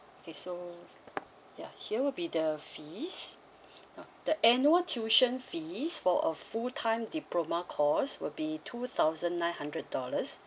okay so ya here will be the fees uh the annual tuition fees for a full time diploma course will be two thousand nine hundred dollars